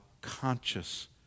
conscious